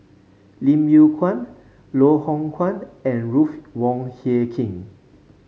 Lim Yew Kuan Loh Hoong Kwan and Ruth Wong Hie King